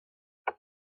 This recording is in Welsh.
doedd